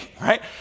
right